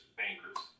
bankers